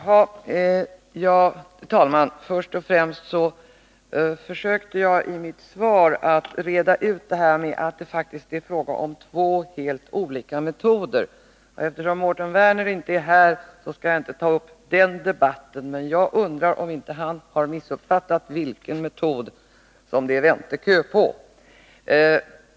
Herr talman! Först vill jag säga att jag i mitt svar försökte att reda ut begreppen på det här området, och jag redovisade att det faktiskt är fråga om två olika metoder. Jag undrar om inte Mårten Werner har missuppfattat situationen när det gäller vilken metod som man har väntekö till, men eftersom han inte är här skall jag inte ta upp någon debatt om detta.